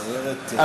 בסיירת,